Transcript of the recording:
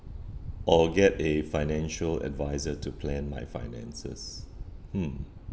or get a financial advisor to plan my finances mm